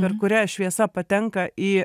per kurią šviesa patenka į